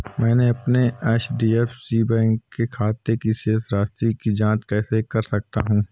मैं अपने HDFC bank के खाते की शेष राशि की जाँच कैसे कर सकता हूँ?